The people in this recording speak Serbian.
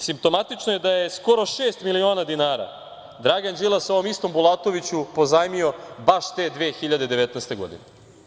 Simptomatično je da je skoro šest miliona dinara Dragan Đilas ovom istom Bulatoviću pozajmio, baš te 2019. godine.